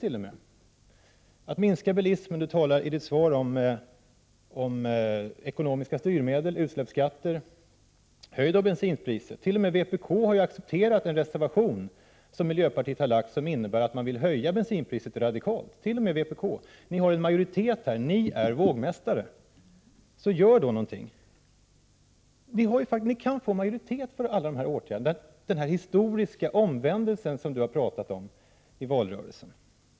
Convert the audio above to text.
När det gäller att minska bilismen talar Birgitta Dahl i sitt svar om ekonomiska styrmedel och utsläppsskatter. Men höj då bensinpriset. T.o.m. vpk har ju bifallit en reservation från miljöpartiet som innebär att bensinpriset skall höjas radikalt. Socialdemokraterna kan alltså få en majoritet för detta, eftersom ni är vågmästare. Gör då någonting! Ni kan få majoritet för alla dessa åtgärder, dvs. denna historiska omvändelse som statsrådet har talat omi valrörelsen.